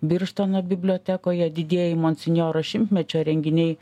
birštono bibliotekoje didieji monsinjoro šimtmečio renginiai